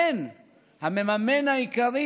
המממן העיקרי